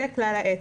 זה כלל האצבע.